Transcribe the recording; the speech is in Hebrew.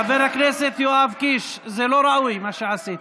חבר הכנסת יואב קיש, זה לא ראוי, מה שעשית.